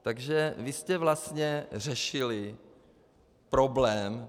Takže vy jste vlastně řešili problém...